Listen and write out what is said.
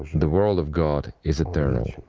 the world of god is eternal